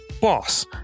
Boss